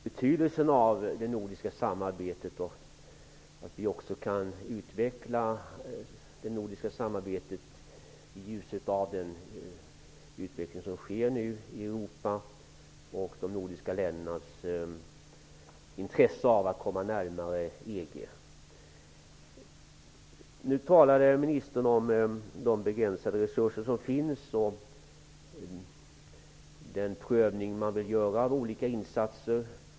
Herr talman! Jag vill gärna instämma i den nordiske samarbetsministerns uttalande om det nordiska samarbetets betydelse och betydelsen av att vi kan utveckla det nordiska samarbetet i ljuset av dels den utveckling som nu sker i Europa, dels av de nordiska ländernas intresse av att komma närmare Ministern talade om de begränsade resurser som finns och om den prövning av olika insatser som man vill göra.